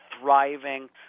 thriving